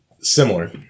Similar